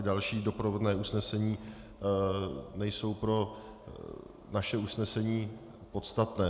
Další doprovodná usnesení nejsou pro naše usnesení podstatná.